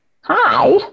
Hi